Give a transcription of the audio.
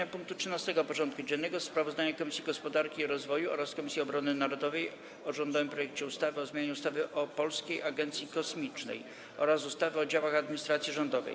Powracamy do rozpatrzenia punktu 13. porządku dziennego: Sprawozdanie Komisji Gospodarki i Rozwoju oraz Komisji Obrony Narodowej o rządowym projekcie ustawy o zmianie ustawy o Polskiej Agencji Kosmicznej oraz ustawy o działach administracji rządowej.